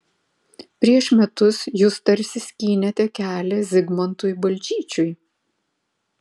prieš metus jūs tarsi skynėte kelią zigmantui balčyčiui